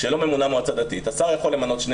כשלא ממונה מועצה דתית השר יכול למנות שני